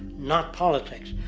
not politics.